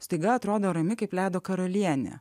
staiga atrodo rami kaip ledo karalienė